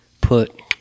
put